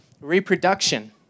reproduction